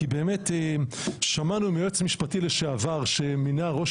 כי באמת שמענו מהיועץ המשפטי לשעבר שמינה ראש